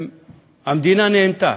המדינה נהנתה,